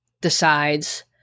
decides